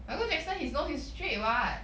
Michael Jackson his nose is straight [what]